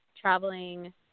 traveling